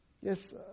Yes